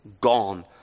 Gone